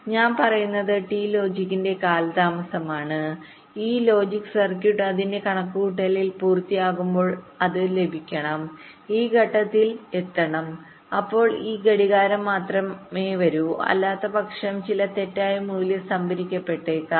ഞാൻ പറയുന്നത് ടി ലോജിക്കിന്റെ കാലതാമസമാണ് ഈ ലോജിക് സർക്യൂട്ട് അതിന്റെ കണക്കുകൂട്ടൽ പൂർത്തിയാകുമ്പോൾ അത് ലഭിക്കണം ഈ ഘട്ടത്തിൽ എത്തണം അപ്പോൾ ഈ ഘടികാരം മാത്രമേ വരൂ അല്ലാത്തപക്ഷം ചില തെറ്റായ മൂല്യം സംഭരിക്കപ്പെട്ടേക്കാം